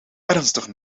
ernstig